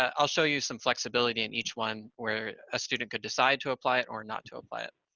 um i'll show you some flexibility in each one, where a student could decide to apply it or not to apply it.